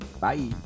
Bye